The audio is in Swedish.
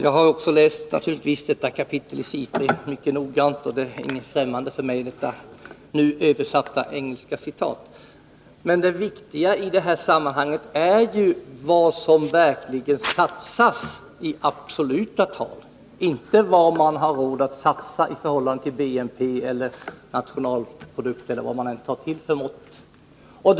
Herr talman! Jag har också läst detta kapitel mycket noga och är inte främmande för det avsnitt som Ingrid Sundberg citerade. Men det viktiga i sammanhanget är ju vad som satsas i absoluta tal, inte vad man har råd att satsa i förhållande till bruttonationalprodukten eller vad det nu är för mått som används.